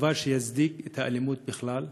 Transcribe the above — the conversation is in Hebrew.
דבר שיצדיק את האלימות בכלל.